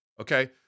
okay